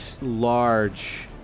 large